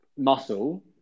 muscle